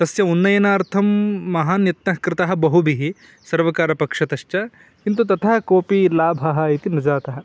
तस्य उन्नयनार्थं महान् यत्नः कृतः बहुभिः सर्वकारपक्षतश्च किन्तु तथा कोपि लाभः इति न जातः